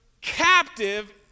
captive